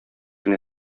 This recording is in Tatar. генә